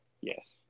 Yes